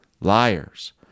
liars